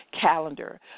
calendar